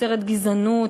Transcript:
יוצרת גזענות,